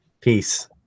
Peace